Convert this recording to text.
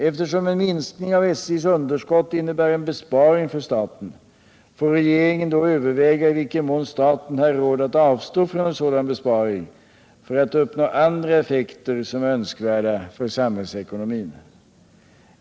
Eftersom en minskning av SJ:s underskott innebär en besparing för staten, får regeringen då överväga i vilken mån staten har råd att avstå från en sådan besparing för att uppnå andra effekter som är önskvärda för samhällsekonomin.